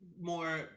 more